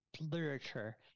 literature